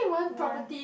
one